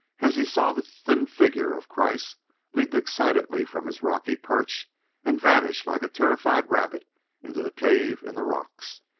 as he saw the thin figure of kreiss leap excitedly from his rocky perch and vanish like a terrified rabbit into the cave in the rocks.